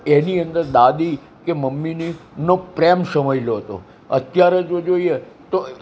એની અંદર દાદી કે મમ્મીની નો પ્રેમ સમાયેલો હતો અત્યારે જો જોઈએ તો